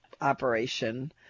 operation